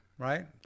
right